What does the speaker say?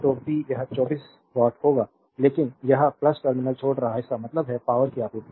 तो पी यह 24 वाट होगा लेकिन यह टर्मिनल छोड़ रहा है इसका मतलब है पावरकी आपूर्ति